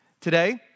Today